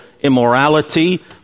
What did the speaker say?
immorality